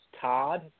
todd